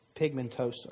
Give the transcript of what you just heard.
pigmentosa